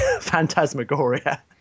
phantasmagoria